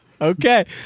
okay